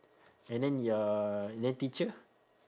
and then your then teacher